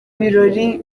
birori